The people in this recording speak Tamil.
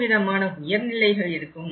எந்தவிதமான உயர்நிலைகள் இருக்கும்